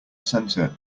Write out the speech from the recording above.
center